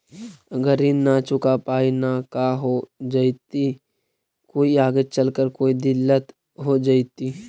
अगर ऋण न चुका पाई न का हो जयती, कोई आगे चलकर कोई दिलत हो जयती?